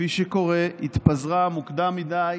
כפי שקורה, התפזרה מוקדם מדי,